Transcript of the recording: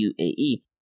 UAE